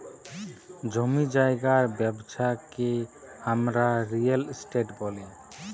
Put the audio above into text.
জমি জায়গার ব্যবচ্ছা কে হামরা রিয়েল এস্টেট ব্যলি